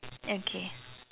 okay